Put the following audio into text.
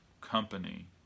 company